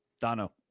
Dono